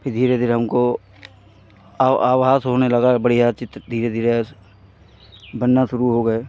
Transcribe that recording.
फिर धीरे धीरे हमको आ आभास होने लगा बढ़ियाँ चित्र धीरे धीरे ऐसे बनने शुरू हो गए